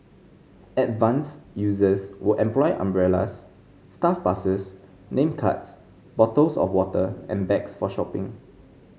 advanced users will employ umbrellas staff passes name cards bottles of water and bags for shopping